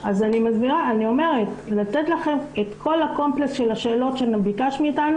לתת תשובות לכל השאלות שביקשת,